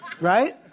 Right